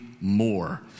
more